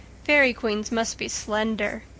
fairy queens must be slender.